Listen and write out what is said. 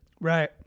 Right